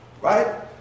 Right